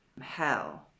hell